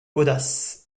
audace